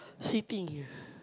sitting